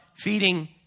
feeding